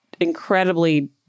incredibly